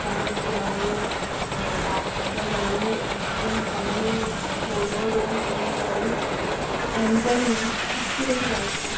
dance जावं गावपाचें जावं एक्टींग जावं सोलो रोल प्ले जावं एकंरींग खूब कितें कितें आसता